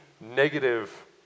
negative